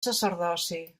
sacerdoci